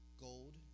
gold